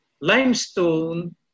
Limestone